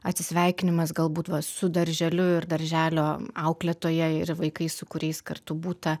atsisveikinimas galbūt va su darželiu ir darželio auklėtoja ir vaikais su kuriais kartu būta